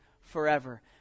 forever